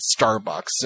Starbucks